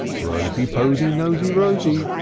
rosy, posy, nosy, rosy,